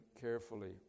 carefully